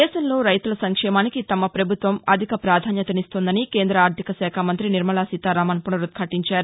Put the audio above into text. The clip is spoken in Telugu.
దేశంలో రైతుల సంక్షేమానికి తమ ప్రభుత్వం అధిక ప్రాధన్యతనిస్తోందని కేంద్ర ఆర్గికశాఖమంత్రి నిర్మలాసీతారామన్ పునరుదాటించారు